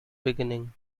beginning